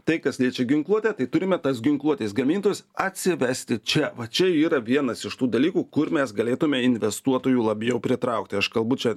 tai kas liečia ginkluotę tai turime tas ginkluotės gamintojus atsivesti čia va čia yra vienas iš tų dalykų kur mes galėtume investuotojų labiau pritraukti aš kalbu čia